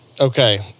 okay